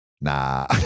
Nah